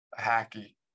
hacky